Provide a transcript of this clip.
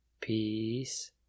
Peace